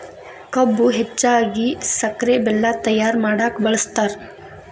ಕಬ್ಬು ಹೆಚ್ಚಾಗಿ ಸಕ್ರೆ ಬೆಲ್ಲ ತಯ್ಯಾರ ಮಾಡಕ ಬಳ್ಸತಾರ